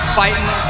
fighting